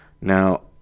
Now